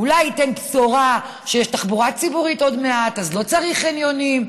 אולי ייתן בשורה שיש תחבורה ציבורית עוד מעט אז לא צריך חניונים.